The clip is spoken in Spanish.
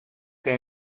que